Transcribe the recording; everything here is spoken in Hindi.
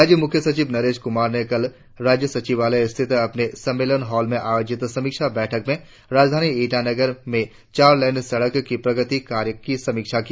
राज्य मुख्य सचिव नरेश कुमार ने कल राज्य सचिवालय स्थित अपने सम्मेलन हॉल में आयोजित समीक्षा बैठक में राजधानी ईटानगर में चार लेन सड़क के प्रगति कार्य की समीक्षा की